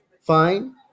fine